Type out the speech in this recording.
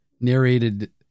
narrated